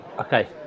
Okay